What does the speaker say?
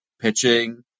pitching